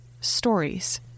stories